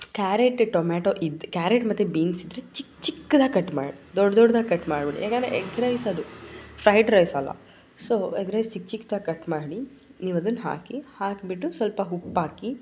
carrot tomato ಇದು carrot ಮತ್ತು beans ಇದ್ದರೆ ಚಿಕ್ಕ ಚಿಕ್ಕದಾಗಿ ಕಟ್ ಮಾಡಿ ದೊಡ್ಡ ದೊಡ್ಡದಾಗಿ ಕಟ್ ಮಾಡಬೇಡಿ ಯಾಕಂದರೆ ಎಗ್ ರೈಸ್ ಅದು ಫ್ರೈಡ್ ರೈಸ್ ಅಲ್ಲ ಸೊ ಎಗ್ ರೈಸ್ ಚಿಕ್ಕ ಚಿಕ್ದಾಗಿ ಕಟ್ ಮಾಡಿ ನೀವದನ್ನು ಹಾಕಿ ಹಾಕಿಬಿಟ್ಟು ಸ್ವಲ್ಪ ಉಪ್ಪು ಹಾಕಿ